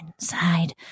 inside